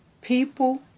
People